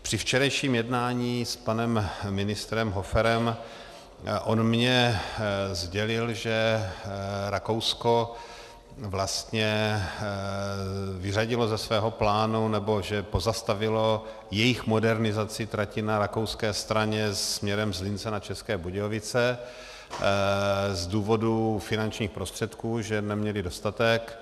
Při včerejším jednání s panem ministrem Hoferem on mi sdělil, že Rakousko vyřadilo ze svého plánu, nebo že pozastavilo jejich modernizaci trati na rakouské straně směrem z Lince na České Budějovice z důvodu finančních prostředků, že jich neměli dostatek.